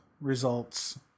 results